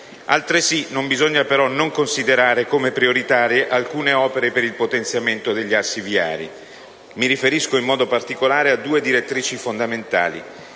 Altresì, bisogna però considerare come prioritarie alcune opere per il potenziamento degli assi viari; mi riferisco in modo particolare a due direttrici fondamentali: